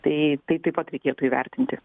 tai taip pat reikėtų įvertinti